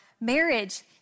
marriage